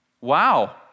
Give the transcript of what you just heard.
Wow